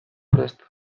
prest